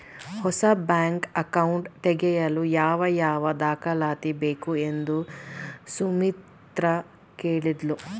ಹೊಸ bank account ತೆಗೆಯಲು ಯಾವ ಯಾವ ದಾಖಲಾತಿ ಬೇಕು ಎಂದು ಸುಮಿತ್ರ ಕೇಳಿದ್ಲು